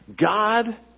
God